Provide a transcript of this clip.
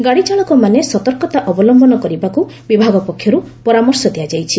ଗାଡ଼ିଚାଳକମାନେ ସତର୍କତା ଅବଲମ୍ୟନ କରିବାକୁ ବିଭାଗ ପକ୍ଷରୁ ପରାମର୍ଶ ଦିଆଯାଇଛି